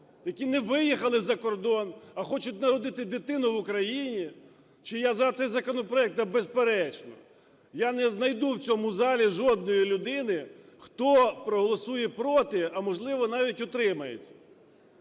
які не виїхали за кордон, а хочуть народити дитину в Україні, чи я за цей законопроект? Да, безперечно. Я не знайду в цьому залі жодної людини, хто проголосує проти, а, можливо, навіть утримається.